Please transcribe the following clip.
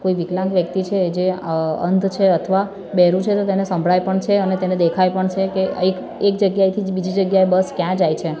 કોઈ વિકલાંગ વ્યક્તિ હોય જે અંધ છે અથવા બહેરું છે અને તેને સંભળાય પણ છે અને તેને દેખાય પણ છે એક એક જગ્યાએથી બીજી જગ્યાએ બસ ક્યાં જાય છે